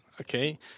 okay